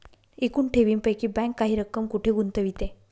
एकूण ठेवींपैकी बँक काही रक्कम कुठे गुंतविते?